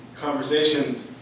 conversations